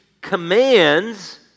commands